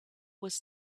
was